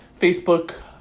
Facebook